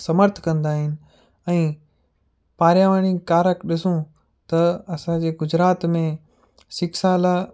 समर्थ कंदा आहिनि ऐं पारिवारिक कारक ॾिसूं त असांजे गुजरात में शिक्षा लाइ